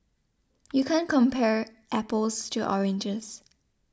you can't compare apples to oranges